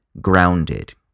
grounded